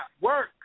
work